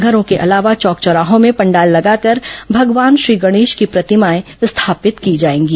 घरों के अलावा चौक चौराहों में पंडाल लगाकर भगवान श्री गणेश की प्रतिमाएं स्थापित की जाएंगी